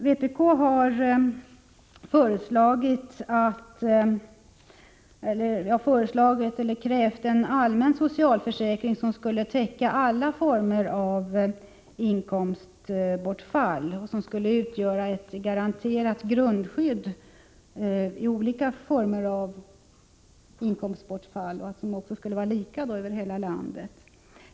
Vpk har krävt en allmän socialförsäkring som skulle täcka olika former av inkomstbortfall och som skulle utgöra ett garanterat grundskydd vid dessa former av inkomstbortfall. Den skulle vara lika över hela landet.